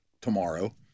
tomorrow